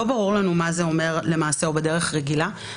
לא ברור לנו מה "למעשה או בדרך רגילה" אומר.